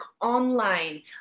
online